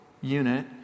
unit